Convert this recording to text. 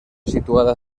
situada